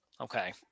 Okay